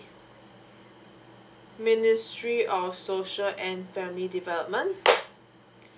ministry of social and family developments